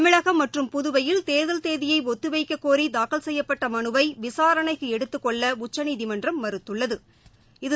தமிழகம் மற்றும் புதுவையிலதேர்தல் தேதியைஒத்திவைக்ககோரிதாக்கல் செய்யப்பட்டமனுவைவிசாரணைக்குஎடுத்துக் கொள்ளஉச்சநீதிமன்றம் மறுத்துள்ளது